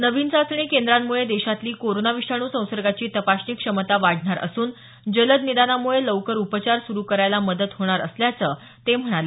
नवीन चाचणी केंद्रांमुळे देशातली कोरोना विषाणू संसर्गाची तपासणी क्षमता वाढणार असून जलद निदानामुळे लवकर उपचार सुरू करायला मदत होणार असल्याचं ते म्हणाले